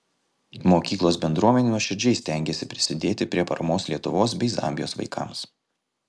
mokyklos bendruomenė nuoširdžiai stengėsi prisidėti prie paramos lietuvos bei zambijos vaikams